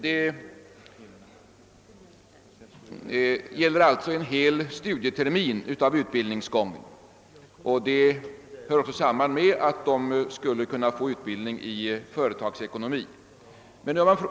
Utbildningen omfattar en hel studietermin av utbildningsgången, och de studerande får även utbildning i företagsekonomi.